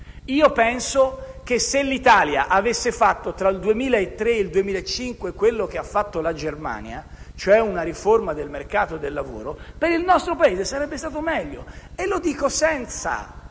Io penso che se l'Italia avesse fatto, tra il 2003 e il 2005, quello che ha fatto la Germania, cioè una riforma del mercato del lavoro, per il nostro Paese sarebbe stato meglio, e lo dico senza